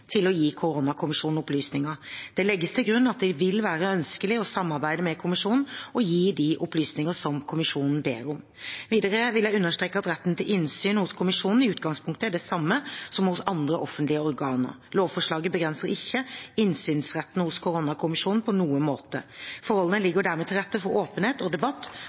til å gi koronakommisjonen opplysninger. Det legges til grunn at det vil være ønskelig å samarbeide med kommisjonen og gi de opplysninger som kommisjonen ber om. Videre vil jeg understreke at retten til innsyn hos kommisjonen i utgangspunktet er det samme som hos andre offentlige organer. Lovforslaget begrenser ikke innsynsretten hos koronakommisjonen på noen måte. Forholdene ligger dermed til rette for åpenhet og debatt